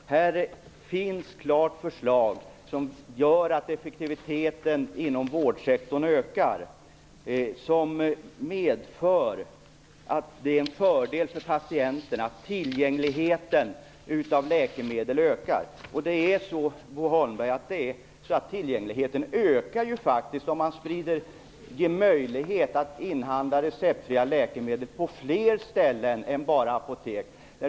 Här finns ett klart förslag som gör att effektiviteten inom vårdsektorn ökar och medför fördelar för patienterna i och med att tillgängligheten till läkemedel ökar. Tillgängligheten ökar faktiskt, Bo Holmberg, om man ger möjlighet att inhandla receptfria läkemedel på fler ställen än bara apotek.